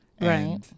Right